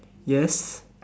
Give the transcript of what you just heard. yes